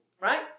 Right